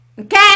Okay